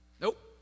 Nope